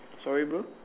sorry bro